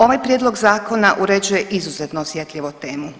Ovaj prijedlog zakona uređuje izuzetno osjetljivu temu.